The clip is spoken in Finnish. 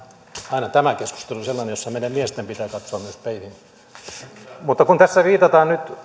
tämä keskustelu on aina sellainen jossa myös meidän miesten pitää katsoa peiliin mutta kun tässä viitataan nyt